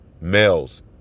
males